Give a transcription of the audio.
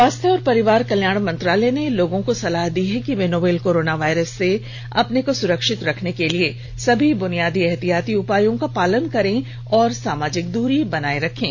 स्वास्थ्य और परिवार कल्याण मंत्रालय ने लोगों को सलाह दी है कि ये नोवल कोरोना वायरस से अपने को सुरक्षित रखने के लिए सभी बुनियादी एहतियाती उपायों का पालन करें और सामाजिक दूरी बनाए रखें